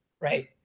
right